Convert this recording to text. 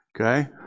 okay